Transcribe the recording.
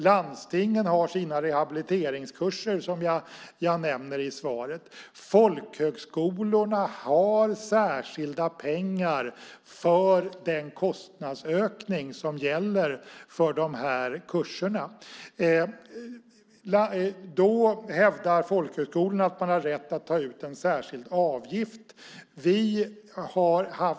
Landstingen har sina rehabiliteringskurser som jag nämner i svaret. Folkhögskolorna har särskilda pengar för den kostnadsökning som blir för de här kurserna. Folkhögskolorna hävdar att de har rätt att ta ut en särskild avgift.